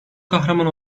kahraman